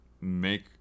make